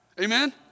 Amen